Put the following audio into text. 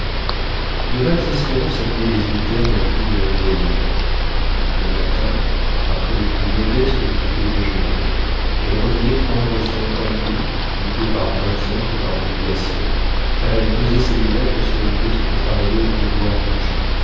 de vagues espérances animaient les yeux ternes et gris de la vieille mère le matin après le plus modeste de tous les déjeuners elle revenait prendre son tambour plutôt par maintien que par obligation car elle posait ses lunettes sur une petite travailleuse de bois